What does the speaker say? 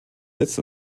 jetzt